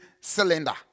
cylinder